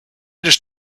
just